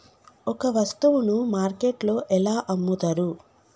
ఒక వస్తువును మార్కెట్లో ఎలా అమ్ముతరు?